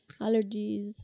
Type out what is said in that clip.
Allergies